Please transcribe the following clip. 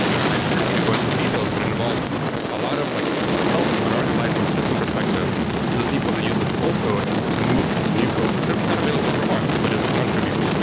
and i'm i'm happy to go into the details, but involves a lot of like help on our side from a system perspective to the people that use this old code to move to the new code that we found available for a while, but it's non-trivial.